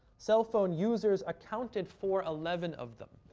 cell phone users accounted for eleven of them.